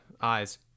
eyes